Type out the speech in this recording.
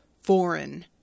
foreign